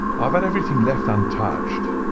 i have had everything left untouched.